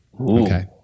Okay